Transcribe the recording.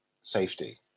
safety